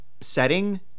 setting